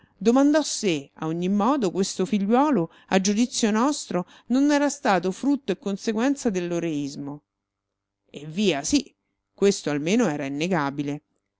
domandò se a ogni modo questo figliuolo a giudizio nostro non era stato frutto e conseguenza dell'eroismo eh via sì questo almeno era innegabile